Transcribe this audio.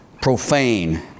Profane